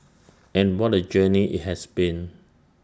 and what A journey IT has been